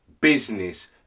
business